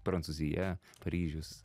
prancūzija paryžius